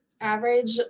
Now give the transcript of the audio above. average